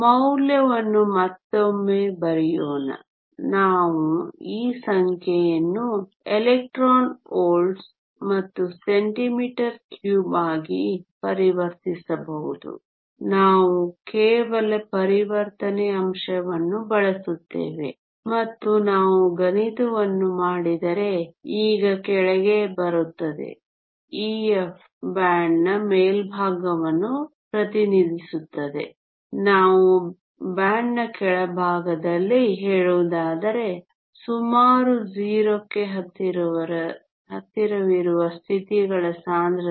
ಮೌಲ್ಯವನ್ನು ಮತ್ತೊಮ್ಮೆ ಬರೆಯೋಣ ನಾವು ಈ ಸಂಖ್ಯೆಯನ್ನು ಎಲೆಕ್ಟ್ರಾನ್ ವೋಲ್ಟ್ ಮತ್ತು ಸೆಂಟಿಮೀಟರ್ ಕ್ಯೂಬ್ ಆಗಿ ಪರಿವರ್ತಿಸಬಹುದು ನಾವು ಕೇವಲ ಪರಿವರ್ತನೆ ಅಂಶವನ್ನು ಬಳಸುತ್ತೇವೆ ಮತ್ತು ನಾವು ಗಣಿತವನ್ನು ಮಾಡಿದರೆ ಈಗ ಕೆಳಗೆ ಬರುತ್ತದೆ Ef ಬ್ಯಾಂಡ್ನ ಮೇಲ್ಭಾಗವನ್ನು ಪ್ರತಿನಿಧಿಸುತ್ತದೆ ನಾವು ಬ್ಯಾಂಡ್ನ ಕೆಳಭಾಗದಲ್ಲಿ ಹೇಳುವುದಾದರೆ ಸುಮಾರು 0 ಕ್ಕೆ ಹತ್ತಿರವಿರುವ ಸ್ಥಿತಿಗಳ ಸಾಂದ್ರತೆ